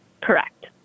Correct